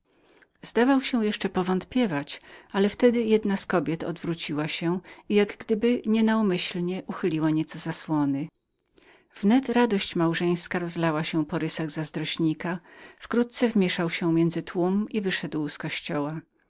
zdawał się jeszcze powątpiewać ale w tem jedna z kobiet odwróciła się i jak gdyby nienaumyślnie uchyliła nieco zasłony wnet radość małżeńska rozlała się po rysach zazdrośnika wkrótce wmieszał się między tłum i wyszedł z kościoła